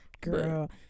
girl